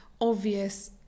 obvious